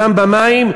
גם במים,